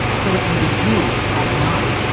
so it can be used at night.